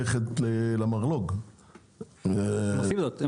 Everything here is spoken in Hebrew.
ללכת למרלו"ג --- הם עושים זאת.